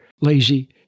lazy